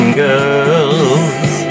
girls